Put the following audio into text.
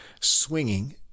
swinging